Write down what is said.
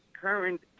current